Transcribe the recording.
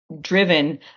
driven